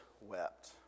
wept